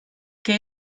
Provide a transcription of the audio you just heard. que